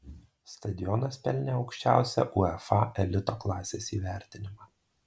stadionas pelnė aukščiausią uefa elito klasės įvertinimą